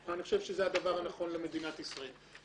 אבל אני חושב שזה הדבר הנכון למדינת ישראל.